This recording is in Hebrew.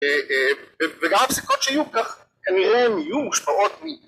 וגם הפסיקות שיהיו כך כנראה הן יהיו השפעות מי